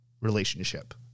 relationship